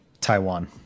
Taiwan